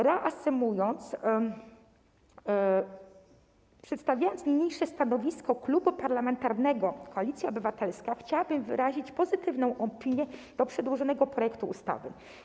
Reasumując, przedstawiając niniejsze stanowisko Klubu Parlamentarnego Koalicja Obywatelska, chciałabym wyrazić pozytywną opinię w sprawie przedłożonego projektu ustawy.